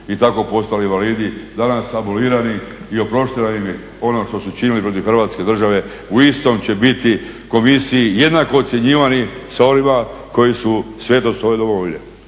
i tako postali invalidi. Danas … ono što su činili protiv Hrvatske države u istom će biti komisiji jednako ocjenjivani sa onima koji su svetost ove domovine.